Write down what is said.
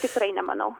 tikrai nemanau